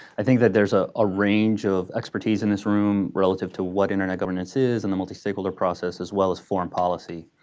i think that there's a ah range of expertise in this room relative to what internet governance is in the multistakeholder process, as well as foreign policy.